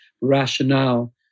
rationale